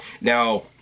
Now